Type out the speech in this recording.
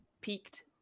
peaked